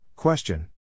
Question